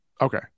Okay